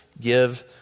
give